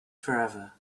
forever